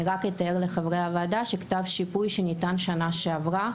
אני רק אתאר לחברי הוועדה שכתב השיפוי שניתן בשנה שעברה